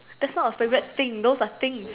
that's not a favorite thing those are thing